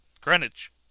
Greenwich